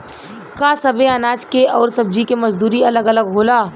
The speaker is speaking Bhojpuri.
का सबे अनाज के अउर सब्ज़ी के मजदूरी अलग अलग होला?